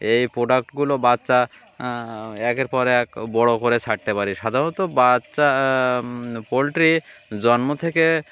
এই প্রোডাক্টগুলো বাচ্চা একের পর এক বড়ো করে ছাড়তে পারি সাধারণত বাচ্চা পোলট্রি জন্ম থেকে